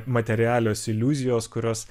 materialios iliuzijos kurios